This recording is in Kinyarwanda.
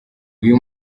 uyu